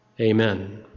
Amen